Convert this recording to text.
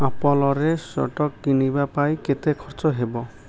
ଆପଲରେ stock କିଣିବା ପାଇଁ କେତେ ଖର୍ଚ୍ଚ ହେବ